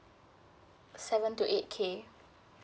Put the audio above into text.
seven to eight K